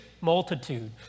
multitude